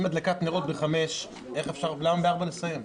אם הדלקת נרות היא בשעה 17 למה נסיים ב-16?